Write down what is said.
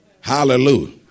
Hallelujah